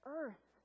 earth